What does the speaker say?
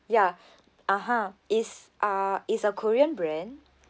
ya ah ha is uh is a korean brand